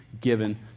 given